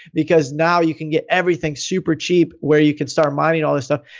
because now you can get everything super cheap where you can start mining all this stuff.